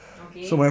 okay